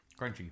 Crunchy